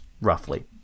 roughly